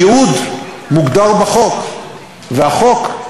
הייעוד מוגדר בחוק, והחוק,